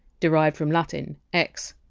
derived from latin! ex!